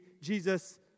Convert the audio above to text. Jesus